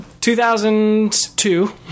2002